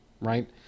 right